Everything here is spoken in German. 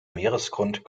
meeresgrund